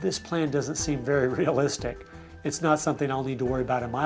this player doesn't seem very realistic it's not something i need to worry about of my